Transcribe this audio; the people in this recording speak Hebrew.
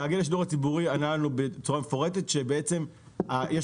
תאגיד השידור הציבורי ענה לנו בצורה מפורטת שבעצם יש